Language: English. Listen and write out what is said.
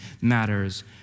matters